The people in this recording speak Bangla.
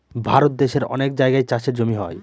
ভারত দেশের অনেক জায়গায় চাষের জমি হয়